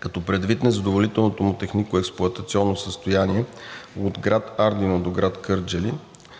като предвид незадоволителното му технико експлоатационно състояние от град Ардино до град Кърджали